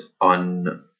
on